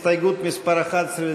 הסתייגות מס' 11,